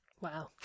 Wow